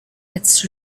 its